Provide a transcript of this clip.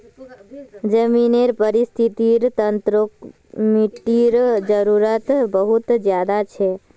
ज़मीनेर परिस्थ्तिर तंत्रोत मिटटीर जरूरत बहुत ज़्यादा छे